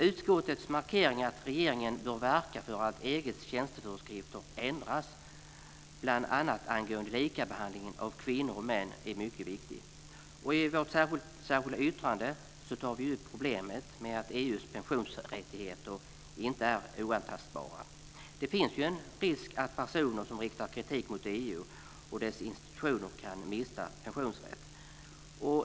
Utskottets markering att regeringen bör verka för att EG:s tjänsteföreskrifter ändras, bl.a. angående likabehandlingen av kvinnor och män, är mycket viktig. I vårt särskilda yttrande tar vi upp problemet med att EU:s pensionsrättigheter inte är oantastbara. Det finns ju en risk att personer som riktar kritik mot EU och dess institutioner kan mista pensionsrätt.